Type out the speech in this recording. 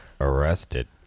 arrested